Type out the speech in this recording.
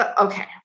Okay